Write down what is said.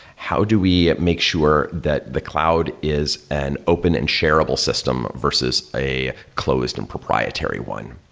how do we make sure that the cloud is an open and shareable system versus a closed and proprietary one?